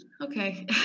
okay